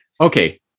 okay